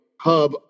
hub